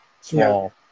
small